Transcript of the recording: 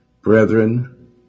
brethren